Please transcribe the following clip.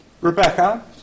Rebecca